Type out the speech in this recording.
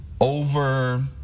over